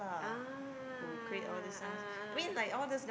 ah a'ah